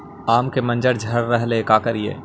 आम के मंजर झड़ रहले हे का करियै?